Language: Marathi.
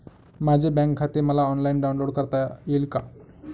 माझे बँक खाते मला ऑनलाईन डाउनलोड करता येईल का?